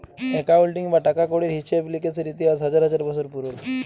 accounting বা টাকা কড়ির হিসেব লিকেসের ইতিহাস হাজার হাজার বসর পুরল